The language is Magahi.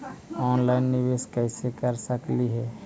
ऑनलाइन निबेस कैसे कर सकली हे?